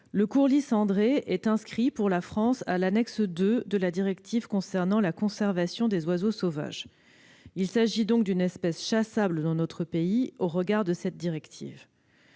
le courlis cendré est inscrit, pour la France, à l'annexe II de la directive concernant la conservation des oiseaux sauvages. Il s'agit donc d'une espèce chassable dans notre pays au regard de cette directive.